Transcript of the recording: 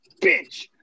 bitch